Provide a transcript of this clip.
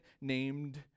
named